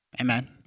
Amen